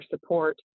support